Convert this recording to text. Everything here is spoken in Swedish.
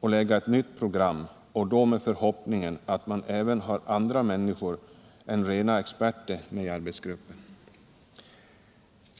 och lägga fram ett nytt program, och då är min förhoppning att även andra människor än rena experter kommer med i arbetsgruppen.